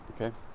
Okay